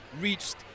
reached